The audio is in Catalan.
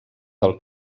del